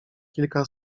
kilka